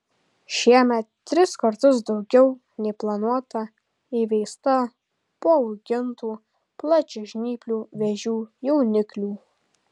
šiemet tris kartus daugiau nei planuota įveista paaugintų plačiažnyplių vėžių jauniklių